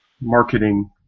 marketing